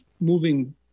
moving